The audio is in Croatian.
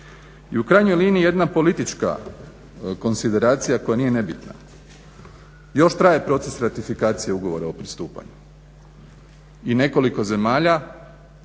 I u krajnjoj liniji jedna politička konsideracija koja nije nebitna. Još traje proces ratifikacije ugovora o pristupanju i nekoliko zemalja